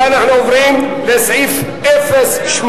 חברת הכנסת יוליה שמאלוב-ברקוביץ לסעיף 07,